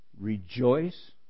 Rejoice